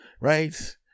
right